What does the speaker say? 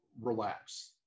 relax